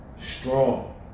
Strong